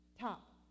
top